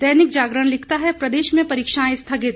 दैनिक जागरण लिखता है प्रदेश में परीक्षाएं स्थगित